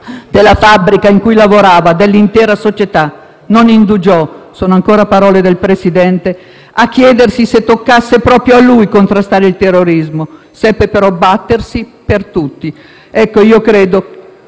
della fabbrica in cui lavorava, dell'intera società. «Non indugiò», sono ancora parole del Presidente, «a chiedersi se toccasse proprio a lui contrastare il terrorismo. Seppe però battersi per tutti». Ringraziare oggi